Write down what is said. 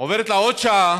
עוברת לה עוד שעה